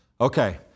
Okay